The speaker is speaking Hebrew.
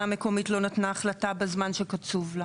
המקומית לא נתנה החלטה בזמן שקצוב לה.